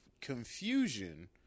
confusion